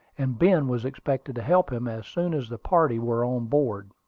and ben was expected to help him as soon as the party were on board.